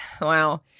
Wow